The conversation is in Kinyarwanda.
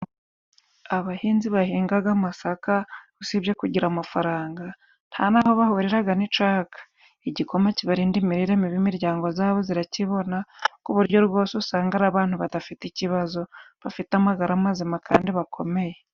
Abahinzi bahingaga amasaka usibye kugira amafaranga, nta n'aho bahuriraga n'icaka. Igikoma kibarinda imirire mibi, imiryango zabo zirakibona ku buryo rwose usanga ari abantu badafite ikibazo, bafite amagara mazima kandi bakomeye.